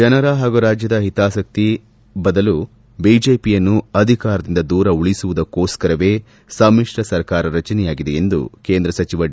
ಜನರ ಹಾಗೂ ರಾಜ್ಯದ ಹಿತಾಸಕ್ತಿ ಬದಲು ಬಿಜೆಪಿಯನ್ನು ಅಧಿಕಾರದಿಂದ ದೂರ ಉಳಿಸುವುದಕ್ಕೋಸ್ತರವೇ ಸಮಿಶ್ರ ಸರ್ಕಾರ ರಚನೆಯಾಗಿದೆ ಎಂದು ಕೇಂದ್ರ ಸಚಿವ ಡಿ